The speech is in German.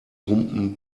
humpen